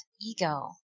ego